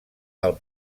del